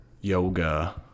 yoga